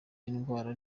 indwara